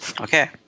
Okay